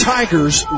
Tigers